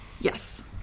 Yes